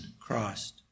Christ